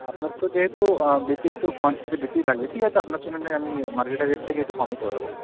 আপনার তো যেহেতু বেশি একটু কোয়ান্টিটি বেশিই লাগবে ঠিক আছে আপনার সঙ্গে নাহয় আমি মার্কেটের রেট থেকে একটু কমেই করে দেবো